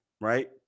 Right